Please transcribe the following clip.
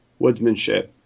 woodsmanship